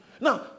Now